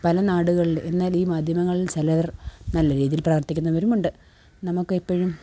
പല നാടുകളിൽ എന്നാല് ഈ മാധ്യമങ്ങളില് ചിലവര് നല്ല രീതിയില് പ്രവര്ത്തിക്കുന്നവരുമുണ്ട് നമുക്ക് എപ്പോഴും